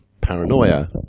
Paranoia